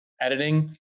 Editing